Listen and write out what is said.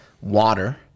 Water